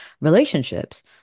relationships